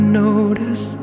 notice